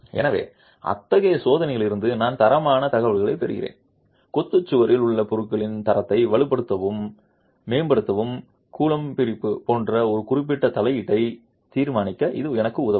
எனவே அத்தகைய சோதனையிலிருந்து நான் தரமான தகவல்களைப் பெறுகிறேன் கொத்து சுவரில் உள்ள பொருளின் தரத்தை வலுப்படுத்தவும் மேம்படுத்தவும் கூழ்மப்பிரிப்பு போன்ற ஒரு குறிப்பிட்ட தலையீட்டை தீர்மானிக்க இது எனக்கு உதவும்